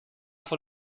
von